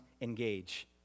engage